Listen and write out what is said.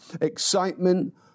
excitement